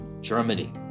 Germany